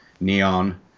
neon